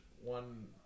one